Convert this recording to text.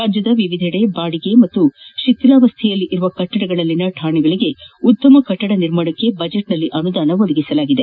ರಾಜ್ಯದ ವಿವಿಧಡೆ ಬಾಡಿಗೆ ಪಾಗೂ ಶಿಧಿಲಾವಸ್ಥೆಯಲ್ಲಿರುವ ಕಟ್ಟಡಗಳಲ್ಲಿನ ಶಾಣೆಗಳಿಗೆ ಉತ್ತಮ ಕಟ್ಟಡ ನಿಮಾಣಕ್ಕೆ ಬಜೆಟ್ನಲ್ಲಿ ಅನುದಾನ ಒದಗಿಸಲಾಗಿದೆ